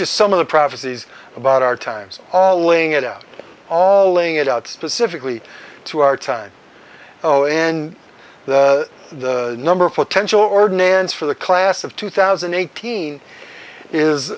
just some of the prophecies about our times all laying it out all laying it out specifically to our time oh and the number of potential ordinance for the class of two thousand and eighteen is